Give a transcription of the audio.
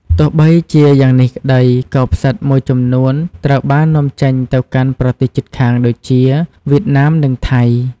ទោះបីជាយ៉ាងនេះក្តី ក៏ផ្សិតមួយចំនួនត្រូវបាននាំចេញទៅកាន់ប្រទេសជិតខាងដូចជា វៀតណាម និងថៃ។